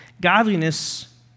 godliness